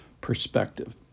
perspective